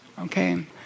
okay